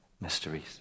mysteries